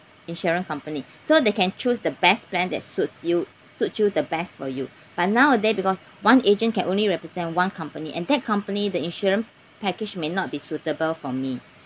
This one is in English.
insurance company so they can choose the best plan that suits you suit you the best for you but nowadays because one agent can only represent one company and that company the insurance package may not be suitable for me